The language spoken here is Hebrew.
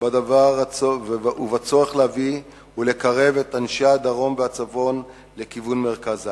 בדבר הצורך להביא ולקרב את אנשי הדרום והצפון לכיוון מרכז הארץ.